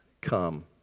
come